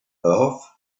love